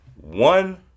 one